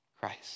Christ